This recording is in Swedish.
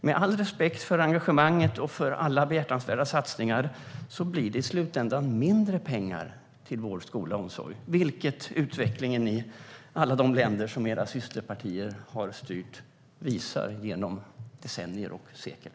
Med all respekt för engagemanget och för alla behjärtansvärda satsningar blir det i slutändan mindre pengar till vård, skola och omsorg, vilket utvecklingen visat genom decennier och sekel i alla de länder där era systerpartier har styrt.